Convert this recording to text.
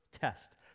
test